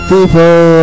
People